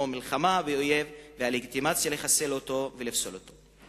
מלחמה באויב והלגיטימציה לחסל אותו ולפסול אותו.